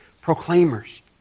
proclaimers